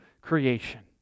creation